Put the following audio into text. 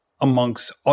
amongst